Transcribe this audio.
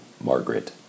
Margaret